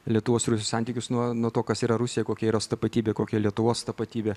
lietuvos ir rusijos santykius nuo nuo to kas yra rusija kokia yra jos tapatybė kokia lietuvos tapatybė